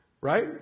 Right